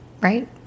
right